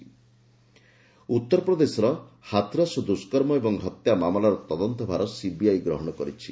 CBI Hathras ଉତ୍ତରପ୍ରଦେଶର ହାଥରସ୍ ଦୁଷ୍କର୍ମ ଓ ହତ୍ୟା ମାମଲାର ତଦନ୍ତ ଭାର ସିବିଆଇ ଗ୍ରହଣ କରିଛି